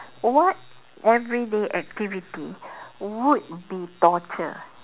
what everyday activity would be torture